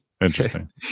Interesting